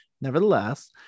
nevertheless